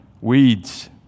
Weeds